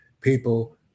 people